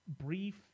brief